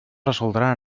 resoldrà